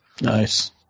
Nice